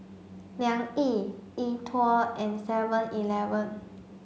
Liang Yi E TWOW and seven eleven